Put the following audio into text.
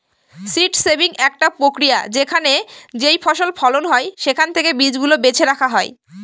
seed saving একটা প্রক্রিয়া যেখানে যেইফসল ফলন হয় সেখান থেকে বীজ গুলা বেছে রাখা হয়